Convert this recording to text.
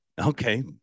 Okay